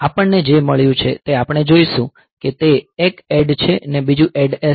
આપણને જે મળ્યું છે તે આપણે જોઈશું કે એક ADD છે ને બીજું ADD S છે